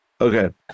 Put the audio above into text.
okay